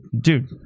dude